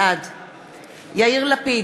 בעד יאיר לפיד,